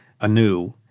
anew